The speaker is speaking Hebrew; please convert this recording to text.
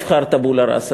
וכאן לא נבחר "טבולה ראסה",